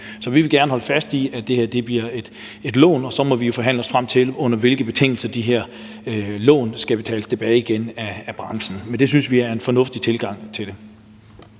Så vi vil gerne holde fast i, at det her bliver et lån, og så må vi jo forhandle os frem til, under hvilke betingelser de her lån skal betales tilbage igen af branchen. Men det synes vi er en fornuftig tilgang til det.